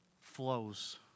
flows